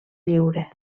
lliure